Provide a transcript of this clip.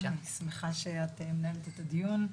אני שמחה שאת מנהלת את הדיון,